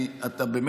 אתם יצרתם את זה.